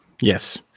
Yes